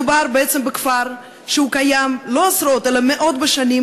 מדובר בעצם בכפר שקיים לא עשרות אלא מאות בשנים,